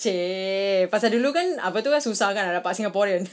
!chey! pasal dulu kan apa tu kan susah kan nak dapat singaporean